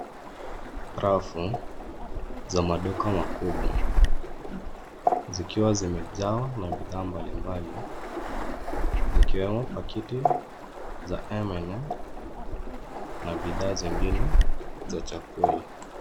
Rafu za maduka makubwa zikiwa zimejaa na bidhaa mbalimbali zikiwemo pakiti za M&Ms na bidhaa zingine za chakula.